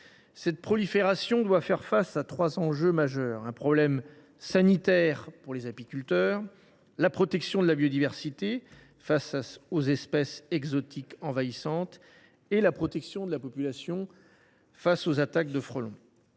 Cette prolifération nous oblige à faire face à trois enjeux majeurs : un problème sanitaire pour les apiculteurs ; la protection de la biodiversité face aux espèces exotiques envahissantes ; la protection de la population face aux attaques de frelons.